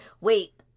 wait